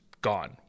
gone